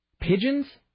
pigeon's